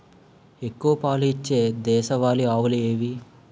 ఎక్కువ పాలు ఇచ్చే దేశవాళీ ఆవులు ఏవి?